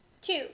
Two